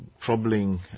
troubling